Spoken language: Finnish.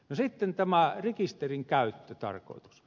no sitten tämä rekisterin käyttötarkoitus